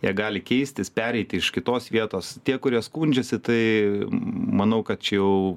jie gali keistis pereiti iš kitos vietos tie kurie skundžiasi tai manau kad čia jau